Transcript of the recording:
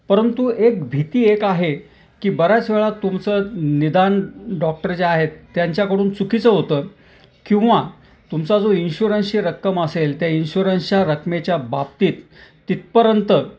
परंतु एक भीती एक आहे की बऱ्याच वेळा तुमचं निदान डॉक्टर जे आहेत त्यांच्याकडून चुकीचं होतं किंवा तुमचा जो इन्शुरन्सची रक्कम असेल त्या इन्शुरन्सच्या रकमेच्या बाबतीत तिथपर्यंत